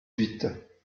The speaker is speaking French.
huit